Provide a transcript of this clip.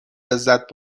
لذت